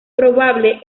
probable